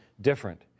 different